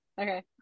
Okay